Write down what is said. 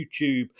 YouTube